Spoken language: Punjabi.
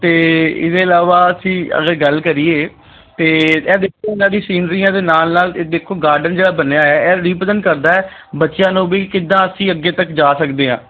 ਅਤੇ ਇਹਦੇ ਇਲਾਵਾ ਅਸੀਂ ਅਗਰ ਗੱਲ ਕਰੀਏ ਤਾਂ ਇਹ ਦੇਖੋ ਇਹਨਾਂ ਦੀ ਸੀਨਰੀਆਂ ਦੇ ਨਾਲ ਨਾਲ ਇਹ ਦੇਖੋ ਗਾਰਡਨ ਜਿਹੀ ਬਣਿਆ ਹੋਇਆ ਹੈ ਰੀਪ੍ਰਜੈਂਟ ਕਰਦਾ ਬੱਚਿਆਂ ਨੂੰ ਵੀ ਕਿੱਦਾਂ ਅਸੀਂ ਅੱਗੇ ਤੱਕ ਜਾ ਸਕਦੇ ਹਾਂ